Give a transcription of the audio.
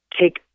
take